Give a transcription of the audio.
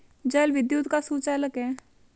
जल विद्युत का सुचालक है